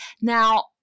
Now